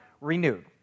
renewed